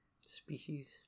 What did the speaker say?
Species